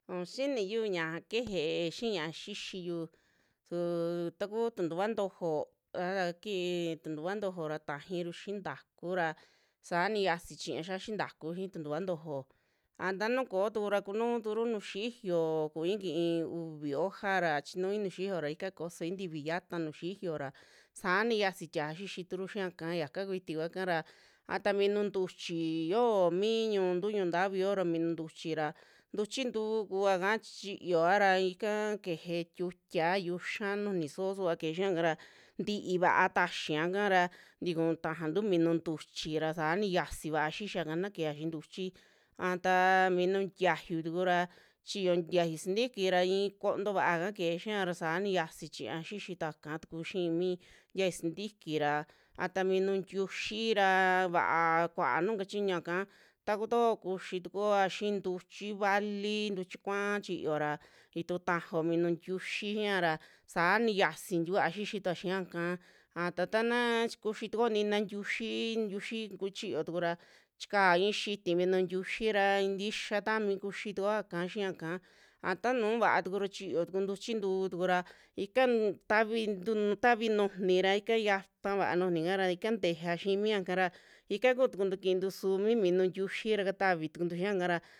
Un xixiniyu ñiaa keje xii ñiaa xixiyu suu takuu tuntuva ntojo aa kii tuntuva ntojo ra tajiru xii ntaku ra saa ni yasi chiña yaxi ntaku xii tuntuva ntojo, a ta nu koo tukura kunuu turu nuju xiyo kui kii uvi hoja ra, chinui nuju xiyo ra ika kosoi ntifi xiata nuju xiyo ra, saani yiasi tija xixituru xiaka yaka kuiti kuaka ra, a ta minu ntuchii yo'o mi ñuntu ñu'un ntavi yo'ora, minu ntuchii ra ntuchi ntu'u kuaka chiyova ra ika keje tiutia yiuxa nujuni sosuva keje xia kaara nti'i vaa taxiaka ra ntikuu tajantu minu ntuchi ra saa ni xiasii vaa xixiaka na kejea xii ntuchi, a taa minu tiayu tukura chiyi tiayu sintikira i'i koonto vaa kaa keje xiara saani yiasi chiña xixituaka tuku xii mi tiayu sintiki ra, a taa mini tiuxi ra va'a kuaa nuju kachiñuaka taku to'o kuxi tukua xii ntuchi vali, ntuchi kuaa chiyo ra i'itu tajao minu tiuxi xiiya ra saani yiasi tikuaa xixi tua xiya ika, a ta tana chi- kuxitukuo nina tiuyi, tiuyi tuku chiyo tukura chikao i'i xiti minu tiuyira itixa tami kuyi tukuoka xii yaka. a tanu vaa tukura chiyo tuku ntuchi ntu'u tuku ra ika tavin tu tavi nujuni ra, ika yataa va'a nujuni kara ika tejea xii miakara ikaa kuu tukuntu kiintu su mi minu tiuyi ra katavi tukuntu xiaka ra.